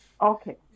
Okay